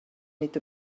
nit